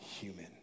human